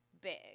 big